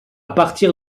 partir